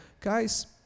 Guys